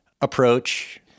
approach